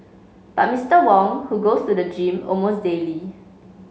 but Mister Wong who goes to the gym almost daily